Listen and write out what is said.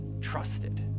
trusted